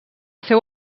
seu